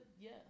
yes